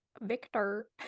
victor